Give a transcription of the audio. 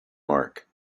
mark